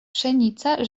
pszenica